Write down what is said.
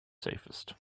safest